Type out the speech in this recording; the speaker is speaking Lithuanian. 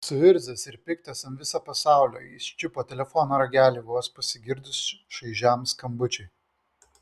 suirzęs ir piktas ant viso pasaulio jis čiupo telefono ragelį vos pasigirdus šaižiam skambučiui